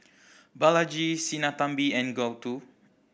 Balaji Sinnathamby and Gouthu